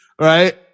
right